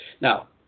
Now